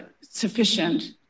sufficient